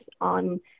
on